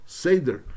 seder